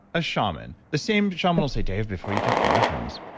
a shaman, the same shaman will say, dave, before you take the mushrooms,